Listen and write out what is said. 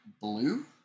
blue